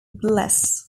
bliss